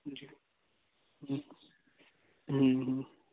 जी जी हम्म हम्म